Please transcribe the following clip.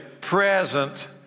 present